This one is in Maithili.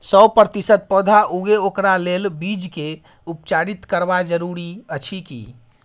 सौ प्रतिसत पौधा उगे ओकरा लेल बीज के उपचारित करबा जरूरी अछि की?